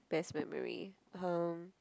best memory um